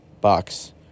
box